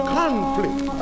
conflict